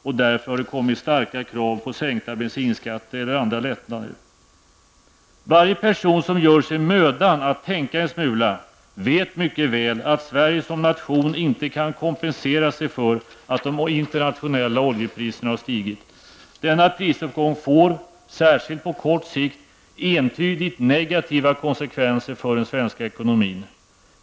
Och därför har det framförts starka krav på sänkta bensinskatter eller andra lättnader. Varje person som gör sig mödan att tänka en smula vet mycket väl att Sverige som nation inte kan kompensera sig för att de internationella oljepriserna har stigit. Denna prisuppgång får, särskilt på kort sikt, entydigt negativa konsekvenser för den svenska ekonomin.